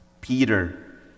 peter